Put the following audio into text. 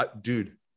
dude